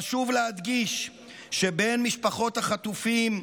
חשוב להדגיש שבין משפחות החטופים,